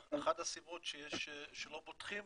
אחת הסיבות שלא בוטחים